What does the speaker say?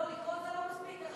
לקרוא זה לא מספיק.